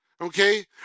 okay